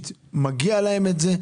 מגיע להם את זה,